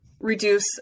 reduce